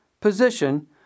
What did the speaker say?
position